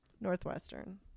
Northwestern